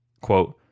Quote